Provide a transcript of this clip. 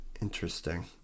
Interesting